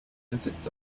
consists